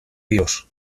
dios